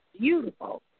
beautiful